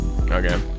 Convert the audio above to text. Okay